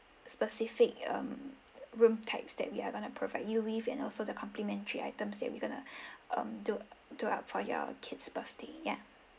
specific um room types that we are gonna to provide you with and also the complimentary items that we're gonna um do do up for your kid's birthday yeah